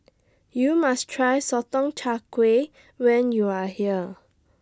YOU must Try Sotong Char Kway when YOU Are here